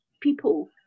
people